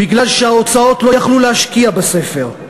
בגלל שההוצאות לא יכלו להשקיע בספר.